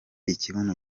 ikibuno